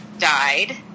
died